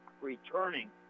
returning